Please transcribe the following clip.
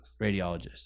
Radiologist